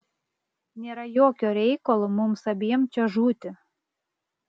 nėra jokio reikalo mums abiem čia žūti